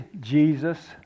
Jesus